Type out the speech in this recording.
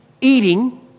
eating